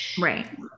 Right